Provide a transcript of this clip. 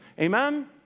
Amen